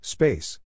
Space